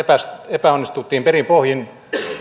epäonnistuttiin perin pohjin